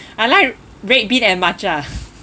I like red bean and matcha